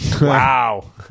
Wow